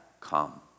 come